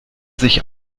sich